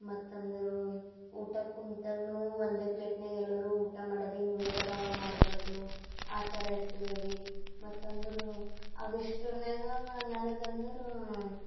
ಮತ್ತು ಅಂದರೆ ಊಟಕ್ ಕುಂತಾಗ್ನೂ ಒಂದೇ ಪ್ಲೇಟ್ನ್ಯಾಗ ಎಲ್ಲರೂ ಊಟ ಮಾಡೋದ್ ಹಿಂಗ್ ಭೇದ ಭಾವ ಮಾಡಬಾರ್ದು ಆ ಥರ ಇರ್ತಿದೇವೆ ಮತ್ತು ಅಂದ್ರೆ ಅವಿಷ್ಟ್ರನ್ಯಾಗಾ ನನಗಂದ್ರೆ